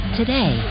today